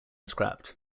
scrapped